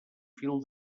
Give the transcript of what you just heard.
fil